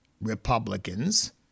Republicans